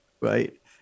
right